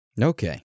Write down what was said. Okay